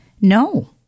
no